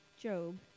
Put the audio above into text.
Job